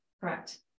Correct